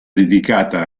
dedicata